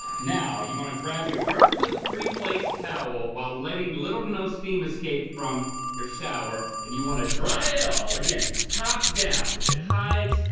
now you wanna grab your perfectly pre-placed towel while letting little to no steam escape from your shower and you wanna dry it all, again, top down. if it hides,